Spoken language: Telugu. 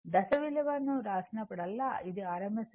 దశ విలువను వ్రాసినప్పుడల్లా అది rms విలువ